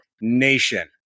Nation